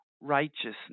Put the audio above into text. righteousness